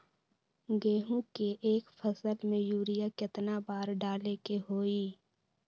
गेंहू के एक फसल में यूरिया केतना बार डाले के होई?